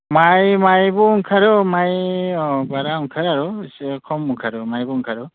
माइ माइबो ओंखारो माइ बारा ओंखारा आरो एसे खम ओंखारो आरो माइबो ओंखारो